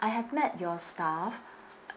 I have met your staff